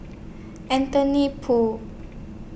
Anthony Poon